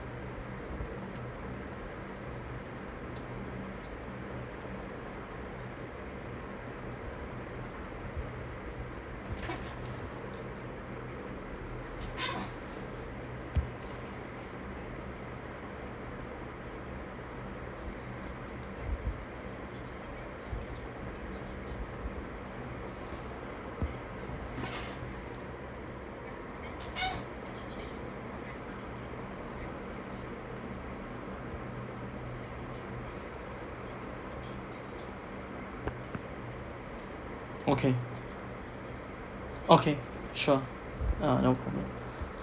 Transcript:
okay okay sure err